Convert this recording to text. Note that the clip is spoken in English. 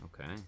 Okay